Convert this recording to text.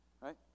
right